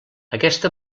aquesta